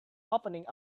opening